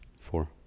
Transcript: four